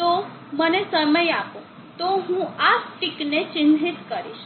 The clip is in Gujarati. તો મને સમય આપો તો હું આ સ્ટીકને ચિહ્નિત કરીશ